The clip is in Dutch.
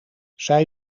zij